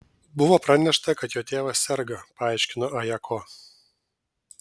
buvo pranešta kad jo tėvas serga paaiškino ajako